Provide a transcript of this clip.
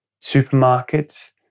supermarkets